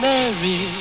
Mary